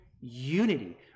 unity